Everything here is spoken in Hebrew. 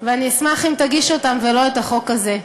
ואני אשמח אם תגיש אותם ולא את החוק הזה.